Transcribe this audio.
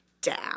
down